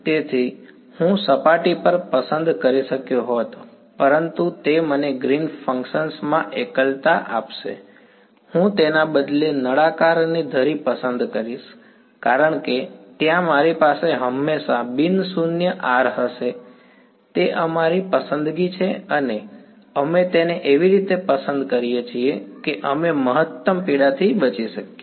તેથી હું સપાટી પર પસંદ કરી શક્યો હોત પરંતુ તે મને ગ્રીન્સ ફંક્શન green's function માં એકલતા આપશે હું તેના બદલે નળાકારની ધરી પસંદ કરીશ કારણ કે ત્યાં મારી પાસે હંમેશા બિન શૂન્ય R હશે તે અમારી પસંદગી છે અને અમે તેને એવી રીતે પસંદ કરીએ છીએ કે અમે મહત્તમ પીડાથી બચી શકીએ